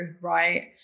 right